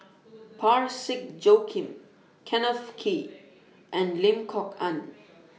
Parsick Joaquim Kenneth Kee and Lim Kok Ann